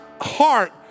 heart